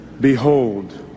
behold